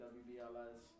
wbls